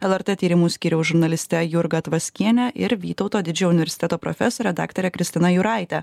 lrt tyrimų skyriaus žurnaliste jurga tvaskiene ir vytauto didžiojo universiteto profesore daktare kristina juraite